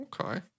okay